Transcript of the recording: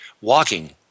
walking